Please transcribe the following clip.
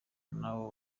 naba